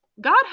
God